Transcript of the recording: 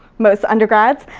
most undergrads,